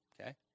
okay